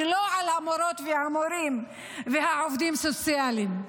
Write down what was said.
ולא על המורות והמורים והעובדים הסוציאליים,